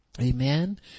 Amen